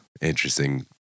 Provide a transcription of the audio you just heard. interesting